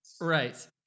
Right